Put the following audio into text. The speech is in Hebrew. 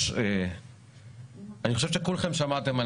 ראש ועדת הכספים להקדמת הדיון בהצעת חוק